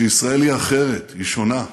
שישראל היא אחרת, היא שונה,